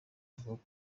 avuga